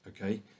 okay